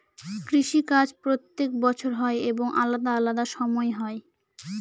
কৃষি কাজ প্রত্যেক বছর হয় এবং আলাদা আলাদা সময় হয়